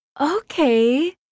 Okay